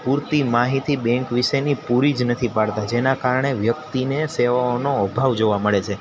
પૂરતી માહિતી બેન્ક વીશેની પૂરી જ નથી પાડતા જેના કારણે વ્યક્તિને સેવાઓનો અભાવ જોવા મળે છે